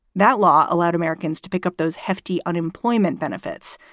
that law allowed americans to pick up those hefty unemployment benefits,